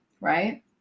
right